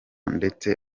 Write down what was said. ndetse